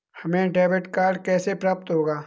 हमें debit card कैसे प्राप्त होगा?